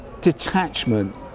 Detachment